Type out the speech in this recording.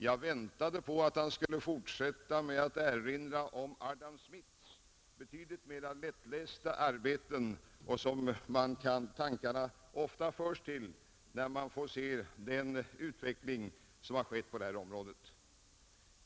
Jag väntade på att han skulle fortsätta med att erinra om Adam Smiths betydligt mera lättlästa arbeten, som tankarna ofta leder till när man får se den utveckling som har ägt rum på det här området.